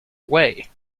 way